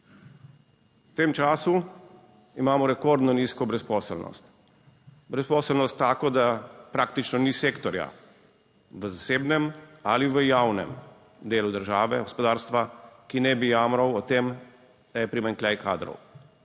V tem času imamo rekordno nizko brezposelnost, brezposelnost tako, da praktično ni sektorja v zasebnem ali v javnem delu države, gospodarstva, ki ne bi jamral o tem, da je primanjkljaj kadrov.